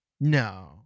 No